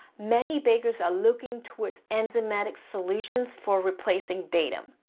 many bakers are looking towards enzymatic solutions for replacing datem.